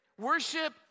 worship